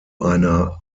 einer